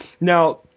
Now